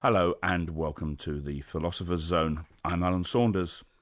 hello, and welcome to the philosopher's zone. i'm alan saunders.